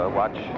watch